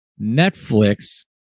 Netflix